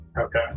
Okay